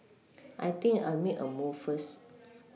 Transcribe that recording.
I think I'll make a move first